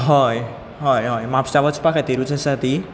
हय हय हय म्हापसा वचपा खातीरूच आसा ती